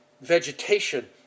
vegetation